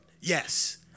Yes